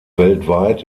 weltweit